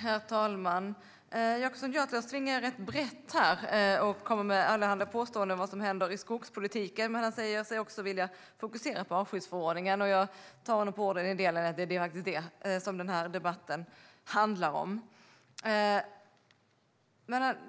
Herr talman! Jonas Jacobsson Gjörtler svingar rätt brett här och kommer med allehanda påståenden om vad som händer i skogspolitiken, men han säger sig också vilja fokusera på artskyddsförordningen. Jag tar honom på orden, då det faktiskt är det den här debatten handlar om.